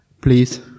Please